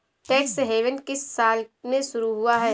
Tax haven किस साल में शुरू हुआ है?